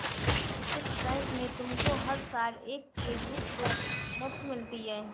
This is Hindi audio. कुछ बैंक में तुमको हर साल एक चेकबुक तो मुफ़्त मिलती है